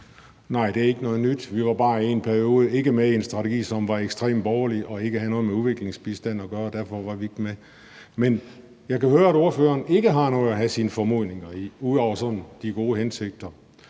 Nej, det er ikke noget nyt. Vi var bare i en periode ikke med i en strategi, som var ekstremt borgerlig og ikke havde noget med udviklingsbistand at gøre. Derfor var vi ikke med. Men jeg kan høre, at ordføreren ikke har noget at have sine formodninger i, ud over de gode hensigter.